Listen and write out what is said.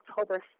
October